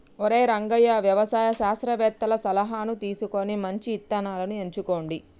ఒరై రంగయ్య వ్యవసాయ శాస్త్రవేతల సలహాను తీసుకొని మంచి ఇత్తనాలను ఎంచుకోండి